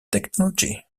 technology